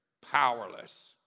powerless